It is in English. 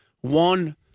one